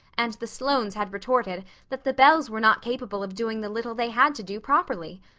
and the sloanes had retorted that the bells were not capable of doing the little they had to do properly.